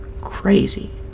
crazy